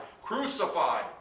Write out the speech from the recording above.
Crucify